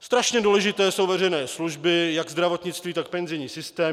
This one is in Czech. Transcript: Strašně důležité jsou veřejné služby, jak zdravotnictví, tak penzijní systém.